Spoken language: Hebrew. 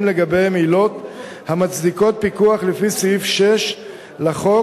לגביהם עילות המצדיקות פיקוח לפי סעיף 6 לחוק,